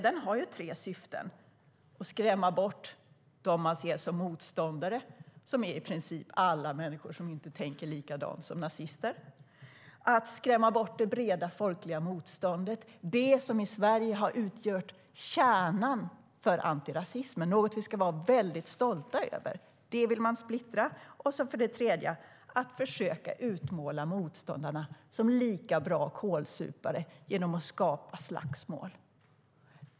Den har tre syften. Det första är att skrämma bort dem man ser som motståndare. Det är i princip alla människor som inte tänker likadant som nazister. Det andra är att skrämma bort det breda folkliga motståndet. Det har i Sverige utgjort kärnan för antirasismen och är något vi ska vara väldigt stolta över. Det vill man splittra. Det tredje är att försöka utmåla motståndarna som lika bra kålsupare genom att skapa slagsmål.